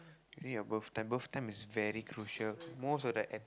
your birth time birth time is very crucial most of the a~